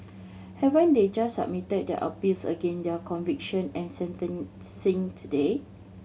haven't they just submitted their appeals against their conviction and sentencing today